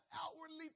outwardly